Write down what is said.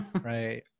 Right